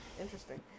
Interesting